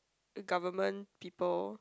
the government people